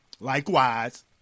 Likewise